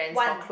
one